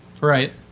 Right